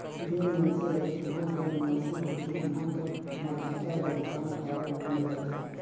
जेन मइनसे हर जिहां कर निवासी होथे उहां कर मतदाता पहिचान कारड बने रहथे